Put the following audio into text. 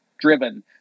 driven